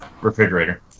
refrigerator